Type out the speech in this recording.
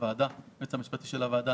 המשפטי לוועדה,